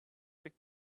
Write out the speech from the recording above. big